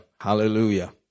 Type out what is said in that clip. Hallelujah